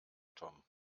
tom